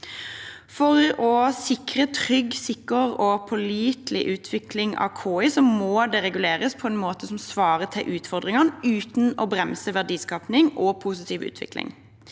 For å sikre en trygg, sikker og pålitelig utvikling av KI må den reguleres på en måte som svarer til utfordringene, uten å bremse verdiskaping og positiv utvikling.